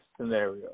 scenario